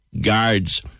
guards